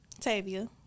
Tavia